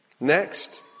Next